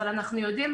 אבל אנחנו יודעים,